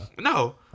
No